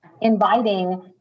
inviting